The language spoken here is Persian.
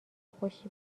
خوشی